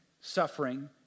suffering